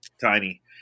Tiny